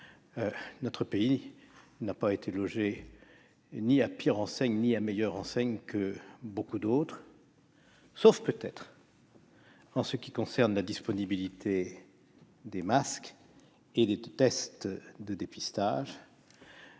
notre pays n'a été logé ni à pire ni à meilleure enseigne que beaucoup d'autres. Sauf peut-être, en ce qui concerne la disponibilité des masques et des tests de dépistage